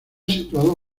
situado